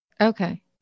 Okay